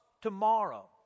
tomorrow